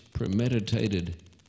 premeditated